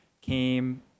came